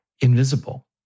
invisible